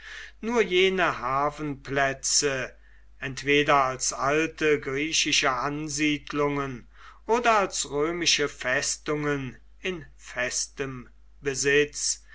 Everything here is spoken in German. nur jene hafenplätze entweder als alte griechische ansiedlungen oder als römische festungen in festem besitz